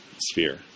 sphere